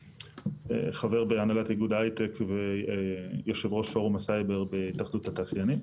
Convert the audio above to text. חבר בהנהלת איגוד ההייטק ויושב-ראש פורום הסייבר בהתאחדות התעשיינים.